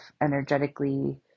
energetically